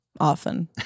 Often